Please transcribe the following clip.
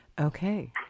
Okay